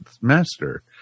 master